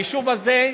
היישוב הזה,